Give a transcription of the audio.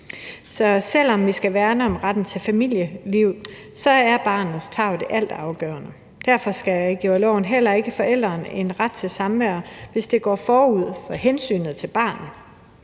Så selv om vi skal værne om retten til familieliv, er barnets tarv det altafgørende. Derfor giver loven heller ikke en forælder ret til samvær, hvis det går ud over hensynet til barnet.